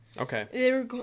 Okay